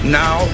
now